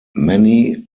many